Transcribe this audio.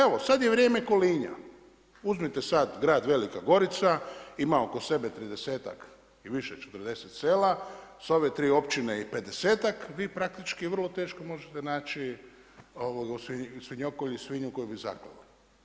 Evo, sada je vrijeme kolinja, uzmite sada grad Velika Gorica, ima oko sebe 30-ak i više, 40 sela, s ove 3 općine i 50-ak, vi praktički vrlo teško možete naći svinjokolju i svinju koju bi zaklali.